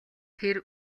тэр